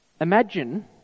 Imagine